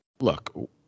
Look